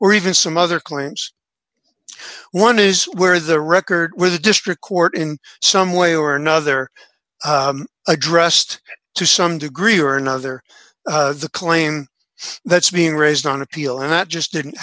or even some other claims one is where the record was a district court in some way or another addressed to some degree or another the claim that's being raised on appeal and that just didn't